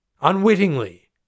unwittingly